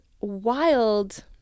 wild